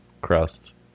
crust